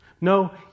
No